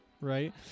right